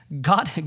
God